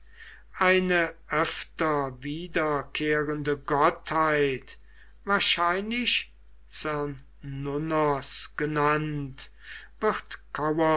eine öfter wiederkehrende gottheit wahrscheinlich cernunnos genannt wird